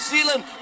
Zealand